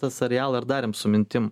tą serialą ir darėm su mintim